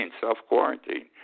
self-quarantine